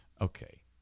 Okay